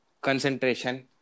concentration